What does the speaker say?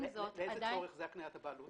הבעלות